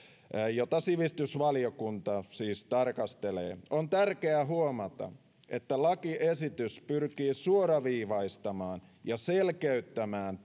jota sivistysvaliokunta siis tarkastelee on tärkeää huomata että lakiesitys pyrkii suoraviivaistamaan ja selkeyttämään